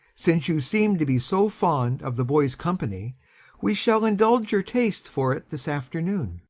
since you seem to be so fond of the boys' company we shall indulge your taste for it this afternoon,